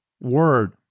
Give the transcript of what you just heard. word